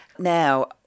Now